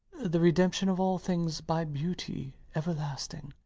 the redemption of all things by beauty everlasting,